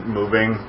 moving